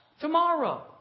tomorrow